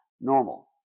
normal